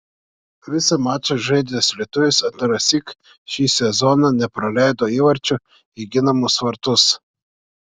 visą mačą žaidęs lietuvis antrąsyk šį sezoną nepraleido įvarčio į ginamus vartus